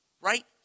right